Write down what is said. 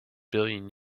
billion